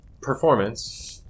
performance